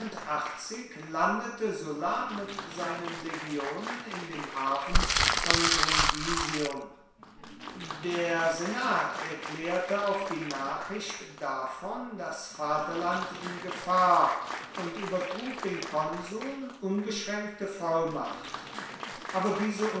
landete sulla mit seinen legionen in dem hafen von brundisium der senat erklärte auf die nachricht davon das vaterland in gefahr und übertrug den konsuln unbeschränkte vollmacht aber diese